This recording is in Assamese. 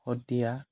শদিয়া